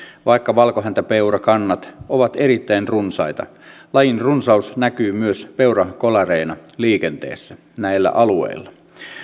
vaikka valkohäntäpeurakannat ovat erittäin runsaita lajin runsaus näkyy myös peurakolareina liikenteessä näillä alueilla